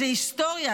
זו היסטוריה,